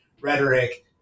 rhetoric